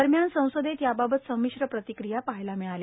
दरम्यान संसदेत याबाबत संमिश्र प्रतिक्रिया पहायला मिळाल्या